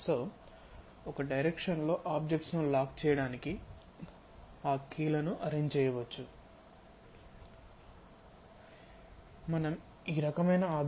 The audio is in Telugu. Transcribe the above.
సొ ఒక డైరెక్షన్ లో ఆబ్జెక్ట్స్ ను లాక్ చేయడానికి ఆ కీ లను అరేంజ్ చేయవచ్చు మనం ఈ రకమైన ఆబ్జెక్ట్స్ ను ఉపయోగిస్తాము